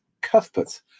Cuthbert